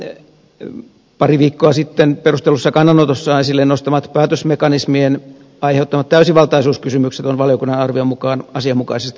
perustuslakivaliokunnan pari viikkoa sitten perustellussa kannanotossaan esille nostamat päätösmekanismien aiheuttamat täysivaltaisuuskysymykset on valiokunnan arvion mukaan asianmukaisesti huomioitu